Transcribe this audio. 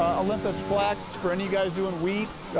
ah olympus flex for any guys doing wheat,